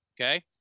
Okay